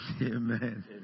Amen